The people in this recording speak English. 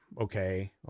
okay